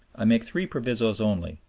i make three provisos only,